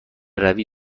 روی